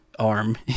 arm